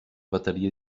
bateria